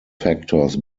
factors